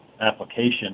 application